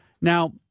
Now